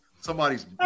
Somebody's